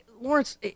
Lawrence